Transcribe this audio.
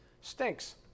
stinks